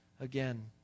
again